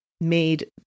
made